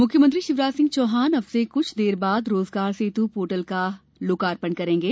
रोजगार सेत् मुख्यमंत्री शिवराज सिंह चौहान अब से कुछ देर बाद रोजगार सेतू पोर्टल का लोकार्पण करेंगे